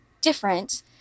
different